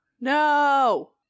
No